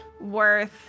worth